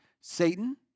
Satan